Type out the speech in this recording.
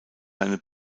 seine